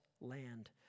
land